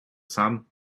sun